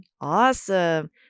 Awesome